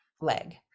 leg